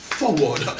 Forward